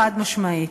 חד-משמעי.